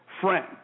friend